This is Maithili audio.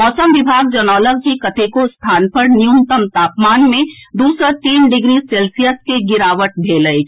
मौसम विभाग जनौलक जे कतेको स्थान पर न्यूनतम तापमान मे दू सँ तीन डिग्री सेल्सियस के गिरावट भेल अछि